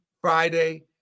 Friday